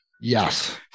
Yes